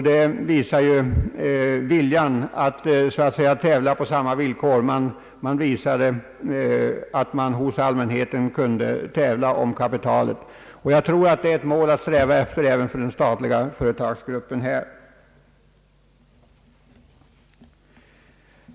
Det visar deras vilja att så att säga tävla på samma villkor som de enskilda företagen. Allmänheten fick se att man kunde tävla om kapitalet. Jag tror att det är ett mål att sträva efter för den statliga företagsgruppen även här.